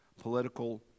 political